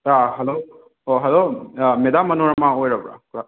hello ꯑꯣ hello madam Manorama ꯑꯣꯏꯔꯕ꯭ꯔꯥ